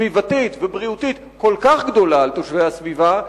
סביבתית ובריאותית כל כך גדולה על תושבי הסביבה,